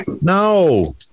No